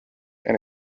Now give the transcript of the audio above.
and